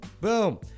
Boom